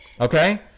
Okay